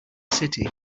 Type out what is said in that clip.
city